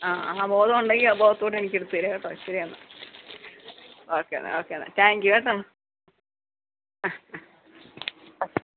ആ ആ ബോധം ഉണ്ടെങ്കിൽ ആ ബോധത്തോടെ എനിക്ക് എടുത്ത് തരിക കേട്ടോ ശരി എന്നാൽ ഓക്കെ എന്നാൽ ഓക്കെ എന്നാൽ താങ്ക് യൂ കേട്ടോ ആ ആ ഓക്കെ